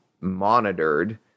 monitored